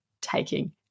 taking